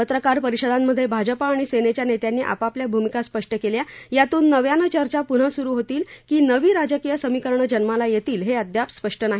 पत्रकार परिषदांमधे भाजपा आणि सेनेच्या नेत्यांनी आपापल्या भूमिका स्पष्ट केल्या यातून नव्यानं चर्चा पुन्हा सुरु होतील की नवी राजकीय समीकरणं जन्माला येतील हे अद्याप स्पष्ट नाही